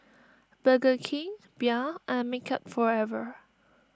Burger King Bia and Makeup Forever